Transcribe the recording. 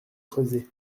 creuser